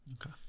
Okay